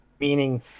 meaning